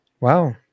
wow